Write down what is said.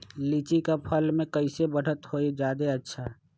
लिचि क फल म कईसे बढ़त होई जादे अच्छा?